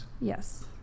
Yes